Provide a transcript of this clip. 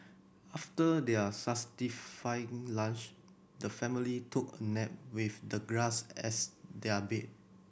after their satisfying lunch the family took a nap with the grass as their bed